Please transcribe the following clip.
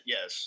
Yes